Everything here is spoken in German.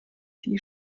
die